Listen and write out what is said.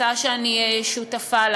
הצעה שאני שותפה לה.